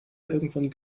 irgendwann